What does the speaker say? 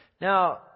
Now